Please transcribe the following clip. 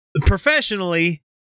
Professionally